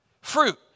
Fruit